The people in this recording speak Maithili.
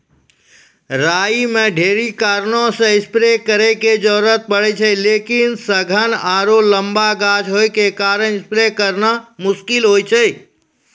राई मे ढेरी कारणों से स्प्रे करे के जरूरत पड़े छै लेकिन सघन आरु लम्बा गाछ होय के कारण स्प्रे करना मुश्किल होय छै?